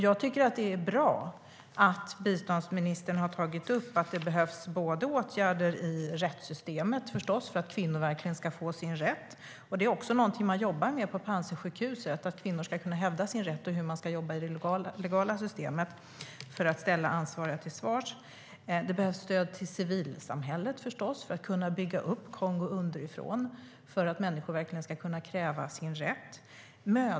Jag tycker att det är bra att biståndsministern har tagit upp att det behövs åtgärder i rättssystemet för att kvinnor verkligen ska få sin rätt. Det är också någonting som man jobbar med på Panzisjukhuset. Det handlar om att kvinnor ska kunna hävda sin rätt och om hur man ska jobba i det legala systemet för att ställa ansvariga till svars. Det behövs förstås stöd till civilsamhället för att man ska kunna bygga upp Kongo underifrån och för att människor verkligen ska kunna kräva sin rätt.